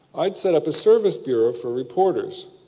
i'd set up a service bureau for reporters.